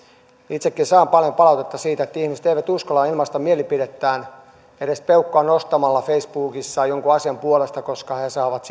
itsekin saan paljon palautetta siitä että ihmiset eivät uskalla ilmaista mielipidettään edes nostamalla peukkua facebookissa jonkun asian puolesta koska he saavat